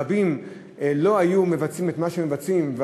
רבים לא היו מבצעים את מה שהם מבצעים,